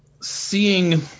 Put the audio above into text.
seeing